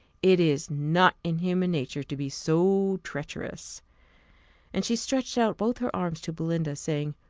it is not in human nature to be so treacherous and she stretched out both her arms to belinda, saying,